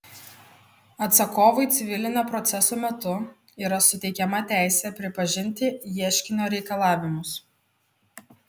atsakovui civilinio proceso metu yra suteikiama teisė pripažinti ieškinio reikalavimus